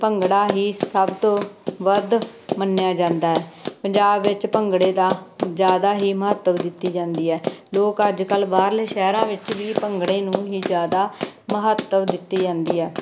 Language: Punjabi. ਭੰਗੜਾ ਹੀ ਸਭ ਤੋਂ ਵੱਧ ਮੰਨਿਆ ਜਾਂਦਾ ਹੈ ਪੰਜਾਬ ਵਿੱਚ ਭੰਗੜੇ ਦਾ ਜ਼ਿਆਦਾ ਹੀ ਮਹੱਤਵ ਦਿੱਤੀ ਜਾਂਦੀ ਹੈ ਲੋਕ ਅੱਜ ਕੱਲ੍ਹ ਬਾਹਰਲੇ ਸ਼ਹਿਰਾਂ ਵਿੱਚ ਵੀ ਭੰਗੜੇ ਨੂੰ ਹੀ ਜ਼ਿਆਦਾ ਮਹੱਤਵ ਦਿੱਤੀ ਜਾਂਦੀ ਆ